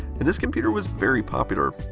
and this computer was very popular.